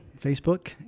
Facebook